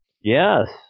Yes